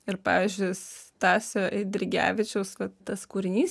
ir pavyzdžiui stasio eidrigevičiaus vat tas kūrinys